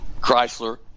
Chrysler